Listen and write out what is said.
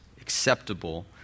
acceptable